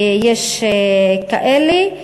ויש כאלה.